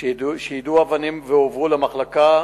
שיידו אבנים והועברו למחלקה